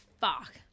fuck